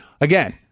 again